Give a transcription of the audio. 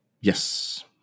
Yes